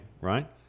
right